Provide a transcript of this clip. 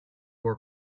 more